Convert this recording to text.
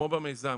כמו במיזם,